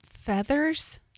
Feathers